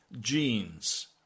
genes